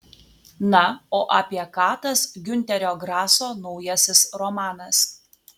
na o apie ką tas giunterio graso naujasis romanas